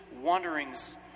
wanderings